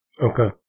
Okay